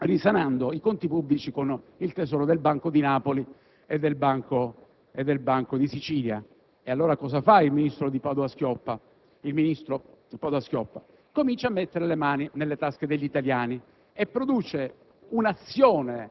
che abbia risolto i problemi dell'allora novella Nazione italiana risanando i conti pubblici con il tesoro del Banco di Napoli e del Banco di Sicilia. E allora, cosa fa il ministro Padoa-Schioppa?